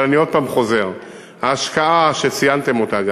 אבל, אני עוד הפעם חוזר: ההשקעה, שציינתם אותה גם,